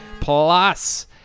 Plus